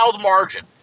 margin